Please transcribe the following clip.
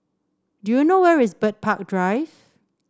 do you know where is Bird Park Drive